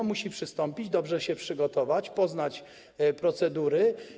Rolnik musi przystąpić, dobrze się przygotować, poznać procedury.